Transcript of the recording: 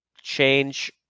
change